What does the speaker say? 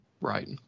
Right